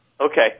Okay